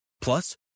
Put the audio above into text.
Plus